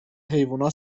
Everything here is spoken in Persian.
حیوونا